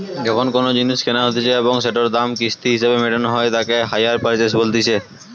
যখন কোনো জিনিস কেনা হতিছে এবং সেটোর দাম কিস্তি হিসেবে মেটানো হই তাকে হাইয়ার পারচেস বলতিছে